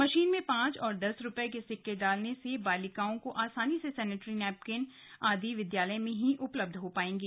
machine में पांच और दस रूपये के सिक्के डालने से बालिकाओं को आसानी से सैनिटरी पैड नैपकिन आदि विद्यालय में ही उपलब्ध हो पाएंगे